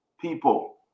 people